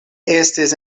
estis